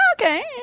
okay